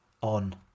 On